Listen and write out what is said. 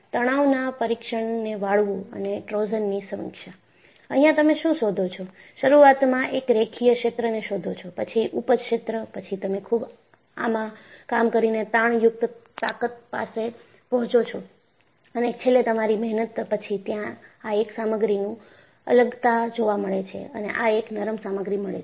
તવાણના પરીક્ષણને વાળવું અને ટોર્સનની સમીક્ષા અહિયાં તમે શું શોધો છો શરૂઆતમાં એક રેખીય ક્ષેત્રને શોધો છો પછી ઉપજ ક્ષેત્ર પછી તમે ખુબ આમાં કામ કરીને તાણયુક્ત તાકત પાસે પહોચો છો અને છેલ્લે તમારી મહેનત પછી ત્યાં આ એક સામગ્રીનું અલગતા જોવા મળે છે અને આ એક નરમ સામગ્રી મળે છે